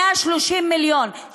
130 מיליון,